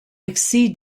exceed